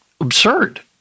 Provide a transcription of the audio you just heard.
absurd